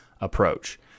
approach